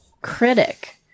critic